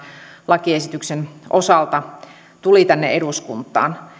lakiesityksen osalta tuli tänne eduskuntaan